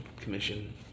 commission